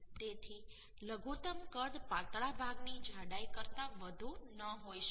તેથી લઘુત્તમ કદ પાતળા ભાગની જાડાઈ કરતાં વધુ ન હોઈ શકે